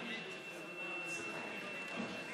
חייב לך חובה.